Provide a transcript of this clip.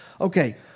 Okay